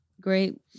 great